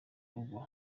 rugo